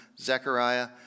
Zechariah